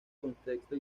contexto